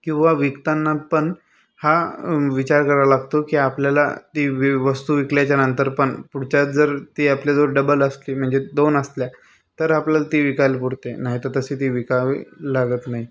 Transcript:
किंवा विकताना पण हा विचार करावा लागतो की आपल्याला ती वेळ वस्तू विकल्याच्या नंतर पण पुढच्याच जर ती आपल्याजवळ डबल असली म्हणजे दोन असल्या तर आपल्याला ती विकायला पुरते नाही तर तशी ती विकावी लागत नाही